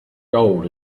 gold